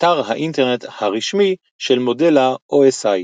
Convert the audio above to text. אתר האינטרנט הרשמי של מודל ה-OSI